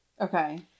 Okay